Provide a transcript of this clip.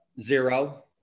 Zero